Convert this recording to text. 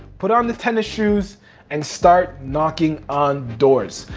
put on the tennis shoes and start knocking on doors.